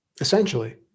Essentially